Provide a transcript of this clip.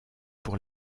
pour